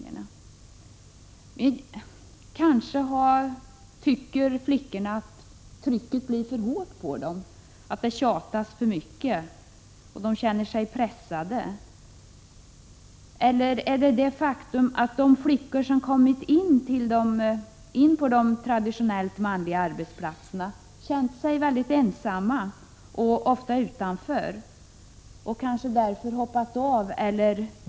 Flickorna kanske tycker att trycket blir för hårt och att det tjatas för mycket på dem. Eller kanske det kan bero på att det faktum att de flickor som kommit in på de traditionellt manliga arbetsplatserna ofta har känt sig mycket ensamma och utanför och därför har bytt arbete.